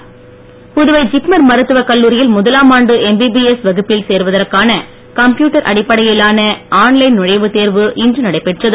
ஜிப்மர் புதுவை ஜிப்மர் மருத்துவக் கல்லூரியில் முதலாமாண்டு எம்பிபிஎஸ் வகுப்பில் சேருவதற்கான கம்ப்யூட்டர் அடிப்படையிலான ஆன் லைன் நுழைவுத் தேர்வு இன்று நடைபெற்றது